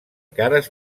cares